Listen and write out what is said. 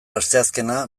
asteazkena